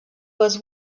was